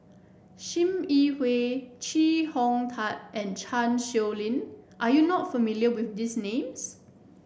Sim Yi Hui Chee Hong Tat and Chan Sow Lin are you not familiar with these names